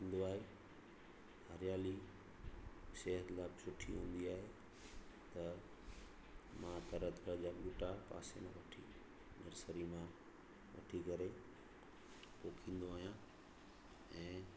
थींदो आहे हरियाली सिहत लाइ बि सुठी हूंदी आहे त मां तरह तरह जा ॿूटा पासे मां वठी नर्सरी मां वठी करे पोखींदो आहियां ऐं